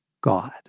God